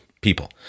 People